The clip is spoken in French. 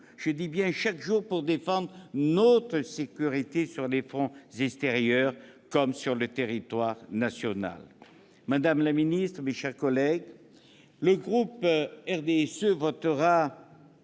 engagés chaque jour pour défendre notre sécurité sur les fronts extérieurs comme sur le territoire national.